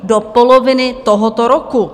Do poloviny tohoto roku.